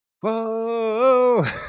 Whoa